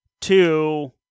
two